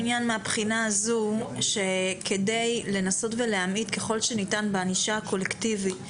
מהבחינה הזו שכדי לנסות ולהמעיט ככל שניתן בענישה קולקטיבית,